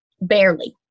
barely